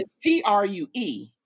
T-R-U-E